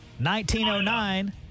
1909